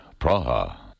Praha